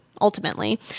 ultimately